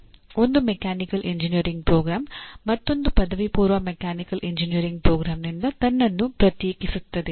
ಒಂದು mechanical engineering program ಮತ್ತೊಂದು ಪದವಿಪೂರ್ವ ಮೆಕ್ಯಾನಿಕಲ್ ಎಂಜಿನಿಯರಿಂಗ್ ಪ್ರೋಗ್ರಾಂನಿಂದ ತನ್ನನ್ನು ಪ್ರತ್ಯೇಕಿಸುತ್ತದೆ